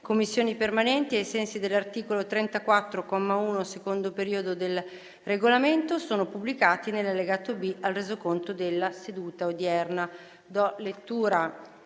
Commissioni permanenti ai sensi dell'articolo 34, comma 1, secondo periodo, del Regolamento sono pubblicati nell'allegato B al Resoconto della seduta odierna.